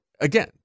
Again